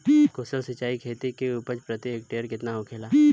कुशल सिंचाई खेती से उपज प्रति हेक्टेयर केतना होखेला?